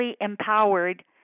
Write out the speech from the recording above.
empowered